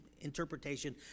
interpretation